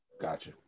gotcha